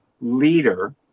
leader